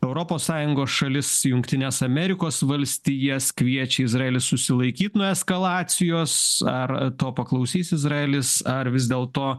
europos sąjungos šalis jungtines amerikos valstijas kviečia izraelį susilaikyt nuo eskalacijos ar to paklausys izraelis ar vis dėlto